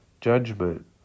judgment